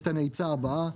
יש את הנעיצה הבאה,